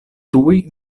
tuj